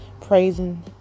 praising